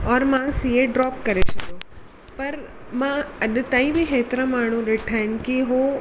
और मां CA drop करे छॾियो पर मां अॼु ताईं बि एतिरा माण्हू ॾिठा आहिनि की हो